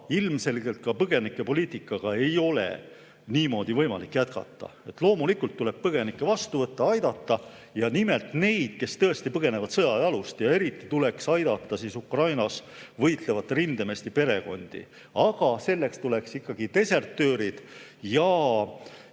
ilmselgelt ka põgenikepoliitikaga ei ole niimoodi võimalik jätkata. Loomulikult tuleb põgenikke vastu võtta ja aidata, ja nimelt neid, kes põgenevad sõja jalust. Eriti tuleks aidata Ukrainas võitlevate rindemeeste perekondi. Aga selleks tuleks ikkagi desertöörid ja